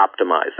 optimizing